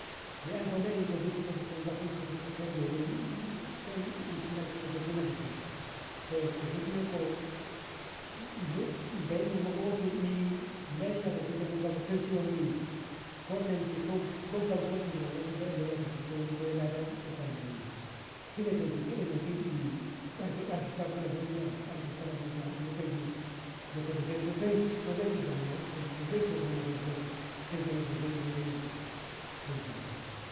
na eh ko lei ko gati ko ganfi ko ina belle eh koeh suna ga zayi suna ko gitina nonko layi na inako munshi layi abo tamshi yi ko tamashi ko gam ko tamshi ko ae laya ka ziyi ko wena lada ga gandayi shine tamshi gyeɗene yi ti marke marke kula bosu yam barke kula bosu yam ammaan tamshinna kale su sosai sosai git damuwa kolti sosai sosai na kulti tamshi sa